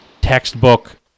textbook